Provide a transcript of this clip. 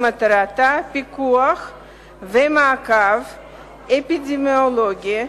שמטרתה פיקוח ומעקב אפידמיולוגי,